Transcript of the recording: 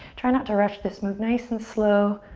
try not to rush this move. nice and slow.